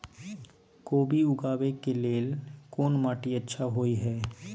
कोबी उगाबै के लेल कोन माटी अच्छा होय है?